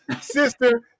sister